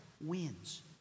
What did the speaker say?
wins